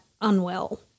unwell